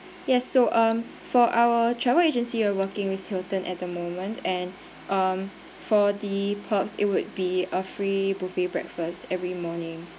yes so um for our travel agency we're working with hilton at the moment and um for the perks it would be a free buffet breakfast every morning